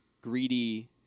greedy